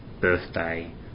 birthday